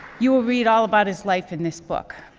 you will read all about his life in this book.